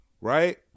Right